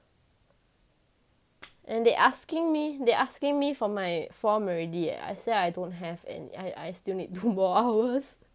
and they asking me they asking me for my form already I say I don't have and I I still need two more hours